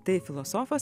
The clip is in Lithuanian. tai filosofas